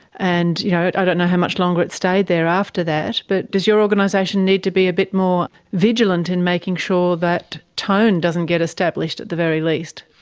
and you know i don't know how much longer it stayed there after that, but does your organisation need to be a bit more vigilant in making sure that tone doesn't get established, at the very least?